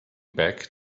back